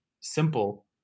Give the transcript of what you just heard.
simple